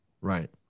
Right